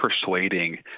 persuading